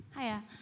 Hiya